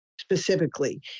specifically